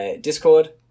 Discord